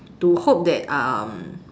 to hope that um